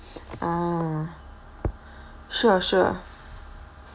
ah sure sure